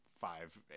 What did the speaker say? five